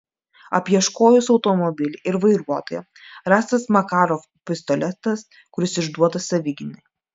apieškojus automobilį ir vairuotoją rastas makarov pistoletas kuris išduotas savigynai